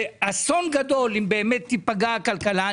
זה אסון גדול אם באמת תיפגע הכלכלה.